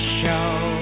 show